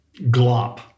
glop